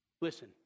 Listen